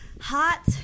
Hot